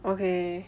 okay